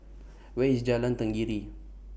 Where IS Jalan Tenggiri